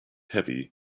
heavy